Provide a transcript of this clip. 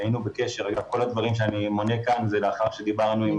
כל הדברים שאני מונה כאן זה לאחר שדיברנו עם